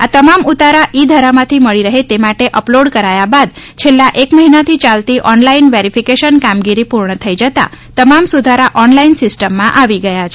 આ તમામ ઉતારા ઇ ધરામાંથી મળી રહે તે માટે અપલોડ કરાયા બાદ છેલ્લા એક મહિનાથી ચાલતી ઓનલાઇન વેરીફિકેશન કામગીરી પૂર્ણ થઇ જતાં તમામ સુધારા ઓનલાઇન સિસ્ટમમાં આવી ગયા છે